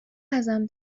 ازم